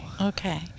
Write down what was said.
Okay